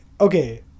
Okay